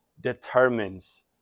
determines